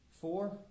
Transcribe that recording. Four